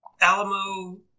Alamo